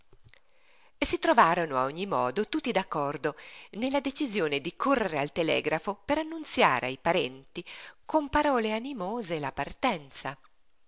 affettata si trovarono a ogni modo tutti d'accordo nella decisione di correre al telegrafo per annunziare ai parenti con parole animose la partenza